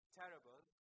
terrible